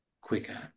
quicker